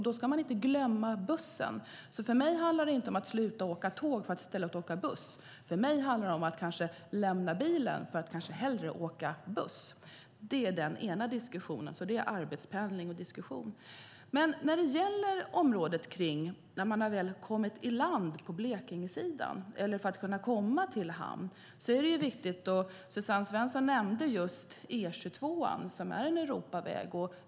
Då ska man inte glömma bussen. Det handlar inte om att sluta åka tåg för att i stället åka buss utan om att lämna bilen för att hellre åka buss. Det är en diskussion om arbetspendling. Suzanne Svensson nämnde E22 som är en Europaväg.